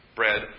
bread